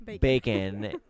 bacon